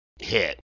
hit